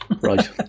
Right